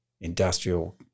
industrial